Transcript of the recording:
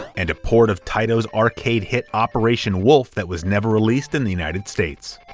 and a port of taito's arcade hit operation wolf that was never released in the united states.